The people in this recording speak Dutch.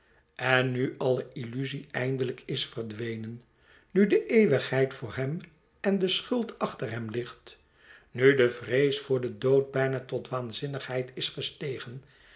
en nu alle illuzie eindelijk is verdwenen nu de eeuwigheid voor hem en de schuld achter hem ligt nu de vrees voor den dood bijna tot waanzinnigheid is gestagen